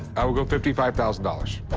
i will go fifty five thousand dollars.